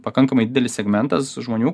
pakankamai didelis segmentas žmonių